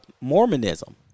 Mormonism